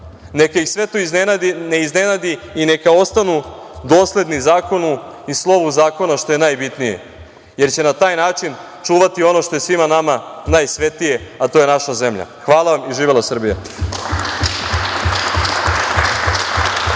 Neka ih sve to ne iznenadi i neka ostanu dosledni zakonu i slovu zakona, što je najbitnije, jer će na taj način čuvati ono što je svima nama najsvetije, a to je naša zemlja. Hvala vam i živela Srbija.